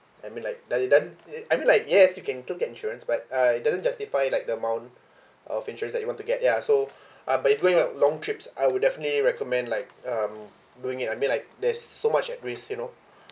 I mean like does it don~ i~ I mean like yes you can took insurance but uh it doesn't justify like the amount of insurance that you want to get ya so uh by the way long trips I would definitely recommend like um doing it I mean like there's so much at risk you know